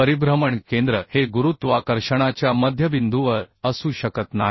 परिभ्रमण केंद्र हे गुरुत्वाकर्षणाच्या मध्यबिंदूवर असू शकत नाही